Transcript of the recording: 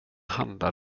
handlar